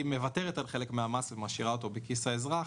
מוותרת על חלק מהמס ומשאירה אותו בכיסו של האזרח,